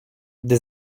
gdy